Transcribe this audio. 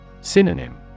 Synonym